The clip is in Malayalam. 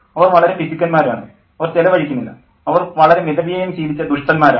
അവർ വളരെ പിശുക്കന്മാരാണ് അവർ ചെലവഴിക്കുന്നില്ല അവർ വളരെ മിതവ്യയം ശീലിച്ച ദുഷ്ടന്മാരാണ്